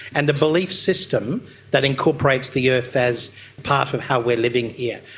and a belief system that incorporates the earth as part of how we are living here.